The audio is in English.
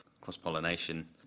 cross-pollination